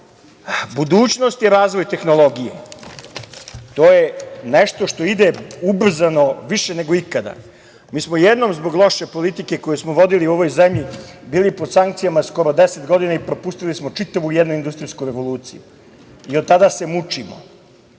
itd. Budućnost je razvoj tehnologije. To je nešto što ide ubrzano više nego ikada. Mi smo jednom zbog loše politike koju smo vodili u ovoj zemlji, bili pod sankcijama skoro 10 godina i propustili smo čitavu jednu industrijsku revoluciju i od tada se mučimo.